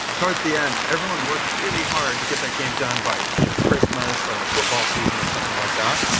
towards the end, everyone works really hard to get the game done by you know christmas, or football season, or something like that,